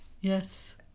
Yes